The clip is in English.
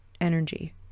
energy